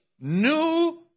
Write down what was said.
new